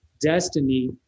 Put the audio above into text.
destiny